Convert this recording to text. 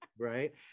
right